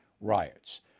riots